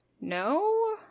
No